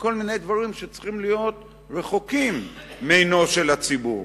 לכל מיני דברים שצריכים להיות רחוקים מעינו של הציבור.